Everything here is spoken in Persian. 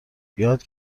یاد